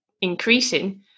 increasing